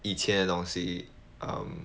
以前的东西 um